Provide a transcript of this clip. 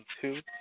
two